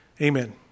Amen